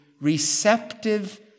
receptive